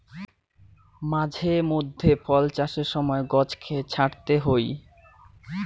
মাঝে মধ্যে ফল চাষের সময় গছকে ছাঁটতে হই